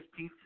15th